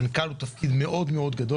מנכ"ל הוא תפקיד גדול מאוד,